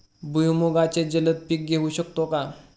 भुईमुगाचे जलद पीक घेऊ शकतो का?